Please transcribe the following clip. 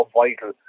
vital